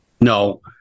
No